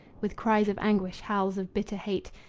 with cries of anguish, howls of bitter hate,